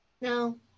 no